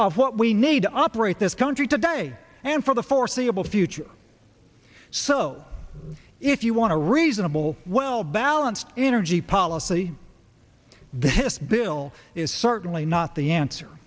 of what we need to operate this country today and for the foreseeable future so if you want to reasonable well balanced energy policy this bill is certainly not the answer